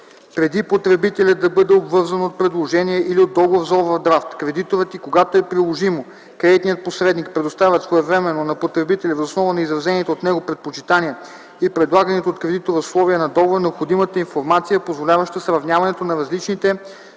Преди потребителят да бъде обвързан с предложение или от договор за овърдрафт, кредиторът и когато е приложимо, кредитният посредник предоставят своевременно на потребителя въз основа на изразените от него предпочитания и предлаганите от кредитора условия на договора необходимата информация, позволяваща сравняването на различните предложения